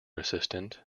assistant